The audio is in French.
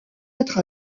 être